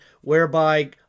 whereby